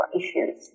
issues